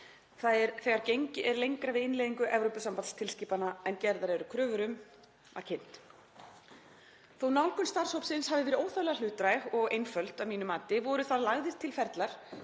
þegar gengið er lengra við innleiðingu Evrópusambandstilskipana en gerðar eru kröfur um. Þótt nálgun starfshópsins hafi verið óþarflega hlutdræg og einföld að mínu mati voru þar lagðir til ferlar